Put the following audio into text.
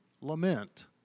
lament